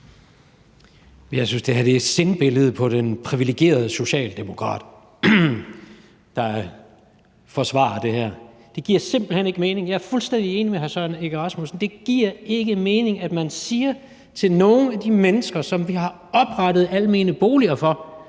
Jeg synes, det her er et sindbillede på den privilegerede socialdemokrat, der forsvarer det her. Det giver simpelt hen ikke mening. Jeg er fuldstændig enig med hr. Søren Egge Rasmussen. Det giver ikke mening, at man siger til nogle af de mennesker, som vi har oprettet almene boliger for,